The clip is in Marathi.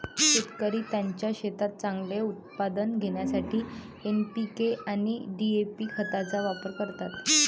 शेतकरी त्यांच्या शेतात चांगले उत्पादन घेण्यासाठी एन.पी.के आणि डी.ए.पी खतांचा वापर करतात